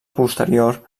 posterior